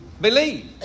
Believe